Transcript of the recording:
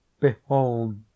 behold